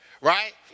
right